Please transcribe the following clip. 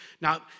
Now